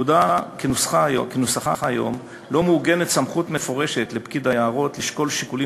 בפקודה כנוסחה היום לא מעוגנת סמכות מפורשת לפקיד היערות לשקול שיקולים